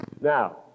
Now